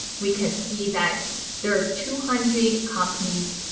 we can see that there are two hundred companies